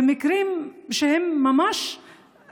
ולהביא בחשבון מקרים ממש אנושיים,